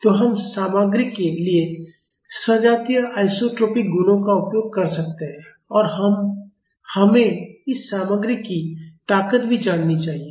तो हम सामग्री के लिए सजातीय आइसोट्रोपिक गुणों का उपयोग कर सकते हैं और हमें इस सामग्री की ताकत भी जाननी चाहिए